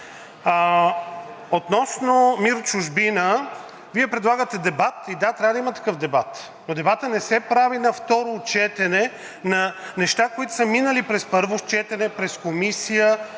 относно МИР „Чужбина“ Вие предлагате дебат. И, да, трябва да има такъв дебат, но дебатът не се прави на второ четене на неща, които са минали на първо четене през Комисията.